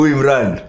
Imran